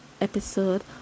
episode